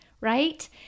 right